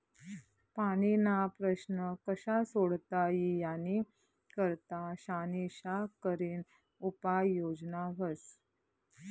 पाणीना प्रश्न कशा सोडता ई यानी करता शानिशा करीन उपाय योजना व्हस